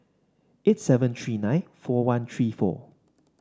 eight seven three nine four one three four